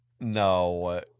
No